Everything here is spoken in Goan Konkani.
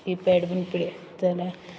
की पॅड बीन जालें